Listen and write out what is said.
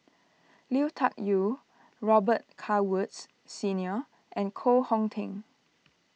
Lui Tuck Yew Robet Carr Woods Senior and Koh Hong Teng